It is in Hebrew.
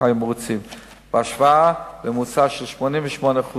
94% בהשוואה לממוצע של 88%